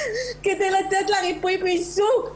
כדי לתת לה ריפוי בעיסוק,